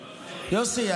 יוסי.